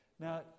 Now